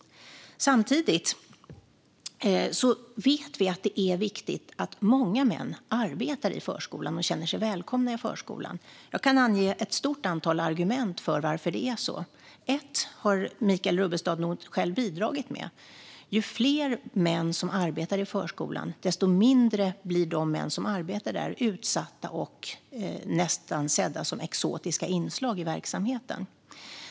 Samtidigt vet vi att det är viktigt att många män arbetar i och känner sig välkomna i förskolan. Jag kan ange ett stort antal argument för varför det är så. Ett har Michael Rubbestad nog själv bidragit med: Ju fler män som arbetar i förskolan, desto mindre blir de män som arbetar där utsatta och nästan sedda som exotiska inslag i verksamheten.